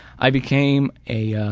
i became a ah